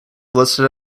listed